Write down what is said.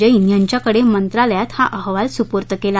जैन यांच्याकडे मंत्रालयात हा अहवाल सुपूर्द केला